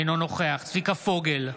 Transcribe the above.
אינו נוכח צביקה פוגל,